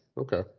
Okay